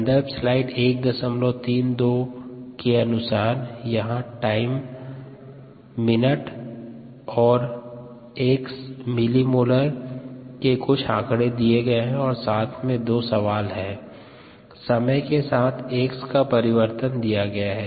समय के साथ X का परिवर्तन दिया गया है